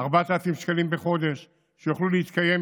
4,000 שקלים בחודש שיוכלו להתקיים,